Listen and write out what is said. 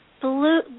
blue